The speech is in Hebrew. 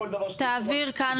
לכל דבר -- תעביר לכאן,